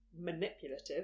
manipulative